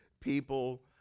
people